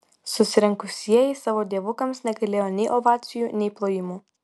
susirinkusieji savo dievukams negailėjo nei ovacijų nei plojimų